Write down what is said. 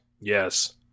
Yes